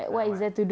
like what